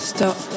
Stop